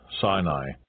Sinai